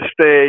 stay